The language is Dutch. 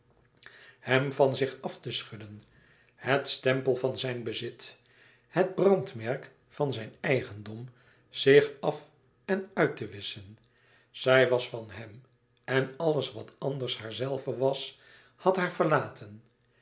hem van zich af te schudden het stempel van zijn bezit het brandmerk van zijn eigendom zich af en uit te wisschen zij was van hem en alles wat anders haarzelve was had haar verlaten